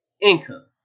income